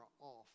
off